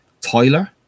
Tyler